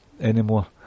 anymore